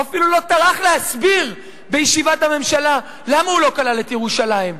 הוא אפילו לא טרח להסביר בישיבת הממשלה למה הוא לא כלל את ירושלים.